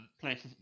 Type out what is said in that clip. places